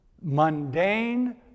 mundane